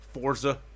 Forza